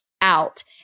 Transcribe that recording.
out